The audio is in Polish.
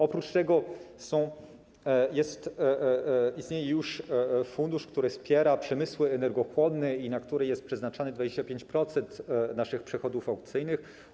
Oprócz tego istnieje już fundusz, który wspiera przemysły energochłonne, na który jest przeznaczane 25% naszych przychodów aukcyjnych.